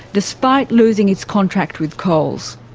despite losing its contract with coles.